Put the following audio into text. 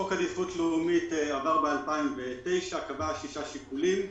חוק עדיפות לאומית עבר בשנת 2009 וקבע שישה שיקולים.